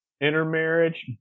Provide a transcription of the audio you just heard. intermarriage